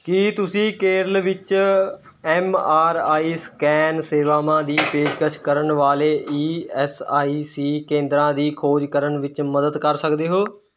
ਕੀ ਤੁਸੀਂ ਕੇਰਲ ਵਿੱਚ M R I scan ਸੇਵਾਵਾਂ ਦੀ ਪੇਸ਼ਕਸ਼ ਕਰਨ ਵਾਲੇ ਈ ਐੱਸ ਆਈ ਸੀ ਕੇਂਦਰਾਂ ਦੀ ਖੋਜ ਕਰਨ ਵਿੱਚ ਮਦਦ ਕਰ ਸਕਦੇ ਹੋ